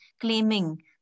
claiming